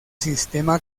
sistema